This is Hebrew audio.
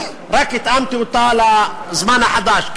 רק התאמתי אותה לזמן החדש,